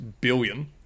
billion